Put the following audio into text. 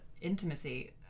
intimacy